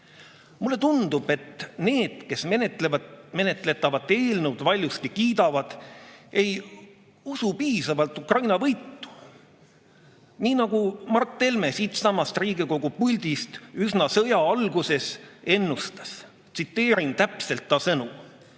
Mulle tundub, et need, kes menetletavat eelnõu valjusti kiidavad, ei usu piisavalt Ukraina võitu. Nii nagu Mart Helme siitsamast Riigikogu puldist üsna sõja alguses ennustas. Tsiteerin täpselt tema sõnu: